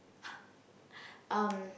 um